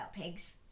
pigs